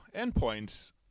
endpoints